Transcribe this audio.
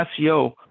seo